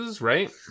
right